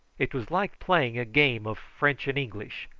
it was like playing a game of french and english,